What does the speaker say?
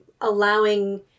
allowing